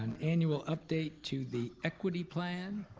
and annual update to the equity plan.